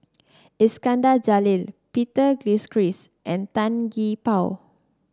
Iskandar Jalil Peter Gilchrist and Tan Gee Paw